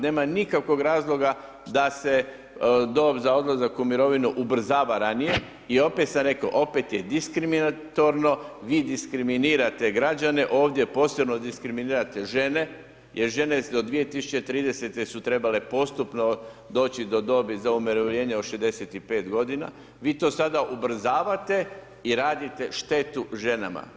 Nema nikakvog razloga da se dob za odlazak u mirovinu ubrzava ranije i opet sam reko opet je diskriminatorno, vi diskriminirate građane ovdje posebno diskriminirate žene, jer žene do 2030. su trebale postupno doći do dobi za umirovljenje od 65 godina, vi to sada ubrzavate i radite štetu ženama.